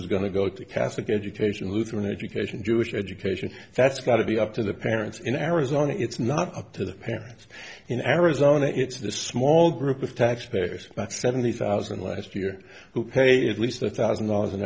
is going to go to catholic education lutheran education jewish education that's got to be up to the parents in arizona it's not up to the parents in arizona it's the small group of taxpayers about seventy thousand last year who pay at least one thousand dollars in